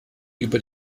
über